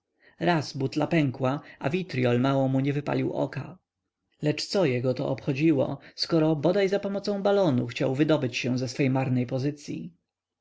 raz butla pękła a witryol mało mu nie wypalił oka lecz co jego to obchodziło skoro bodaj za pomocą balonu chciał wydobyć się ze swej marnej pozycyi